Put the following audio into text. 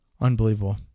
Unbelievable